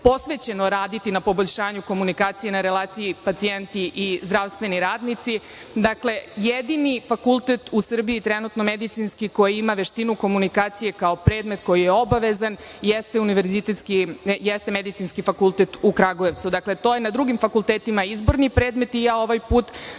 posvećeno raditi na poboljšanju komunikacije na relaciji pacijenti i zdravstveni radnici. Dakle, jedini fakultet u Srbiji trenutno medicinski koji ima „veštinu komunikacije“ kao predmet koji je obavezan jeste Medicinski fakultet u Kragujevcu. Dakle, to je na drugim fakultetima izborni predmet i ja ovaj put